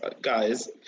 guys